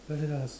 !aiya!